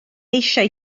eisiau